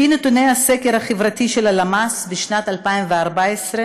לפי נתוני הסקר החברתי של הלמ"ס משנת 2014,